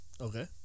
Okay